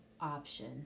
option